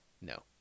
No